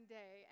day